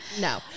no